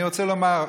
אני רוצה לומר,